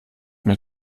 mir